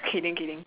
kidding kidding